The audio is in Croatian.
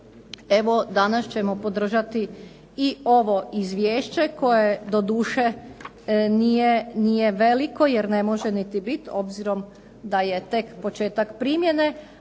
evo danas ćemo podržati i ovo izvješće koje doduše nije veliko, jer ne može niti bit, obzirom da je tek početak primjene,